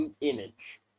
image